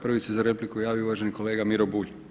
Prvi se za repliku javio uvaženi kolega Miro Bulj.